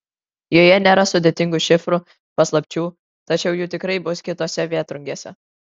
joje nėra sudėtingų šifrų paslapčių tačiau jų tikrai bus kitose vėtrungėse